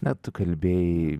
na tu kalbėjai